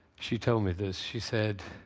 she told me this, she said,